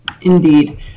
Indeed